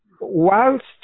whilst